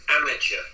amateur